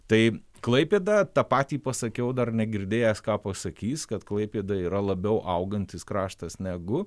tai klaipėda tą patį pasakiau dar negirdėjęs ką pasakys kad klaipėda yra labiau augantis kraštas negu